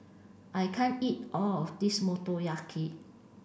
I can't eat all of this Motoyaki